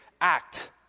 act